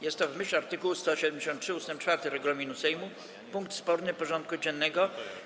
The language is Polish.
Jest to, w myśl art. 173 ust. 4 regulaminu Sejmu, punkt sporny porządku dziennego.